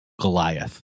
Goliath